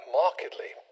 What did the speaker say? markedly